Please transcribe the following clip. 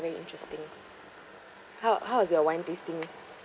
very interesting how how was your wine tasting